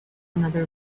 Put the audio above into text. another